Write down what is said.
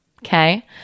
Okay